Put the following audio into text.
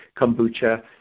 kombucha